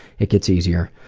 it gets easier.